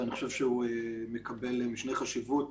ואני חושב שהוא מקבל משנה חשיבות,